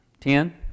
Ten